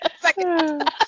Second